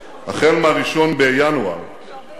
החל מ-1 בינואר, מיצוי כושר השתכרות.